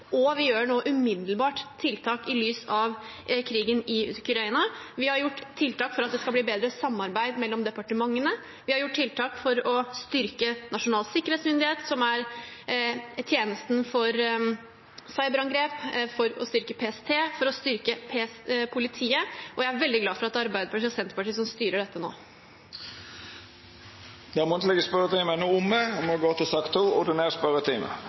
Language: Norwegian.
lys av krigen i Ukraina. Vi har gjort tiltak for at det skal bli bedre samarbeid mellom departementene. Vi har gjort tiltak for å styrke Nasjonal sikkerhetsmyndighet, som er tjenesten for cyberangrep, og for å styrke PST og politiet. Jeg er veldig glad for at det er Arbeiderpartiet og Senterpartiet som styrer dette nå. Den muntlege spørjetimen er omme. Det vert nokre endringar i den oppsette spørsmålslista, og presidenten viser i den samanhengen til